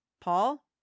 Paul